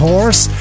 Horse